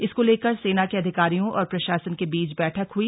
इसको लेकर सेना के अधिकारियों और प्रशासन के बीच बैठक हुई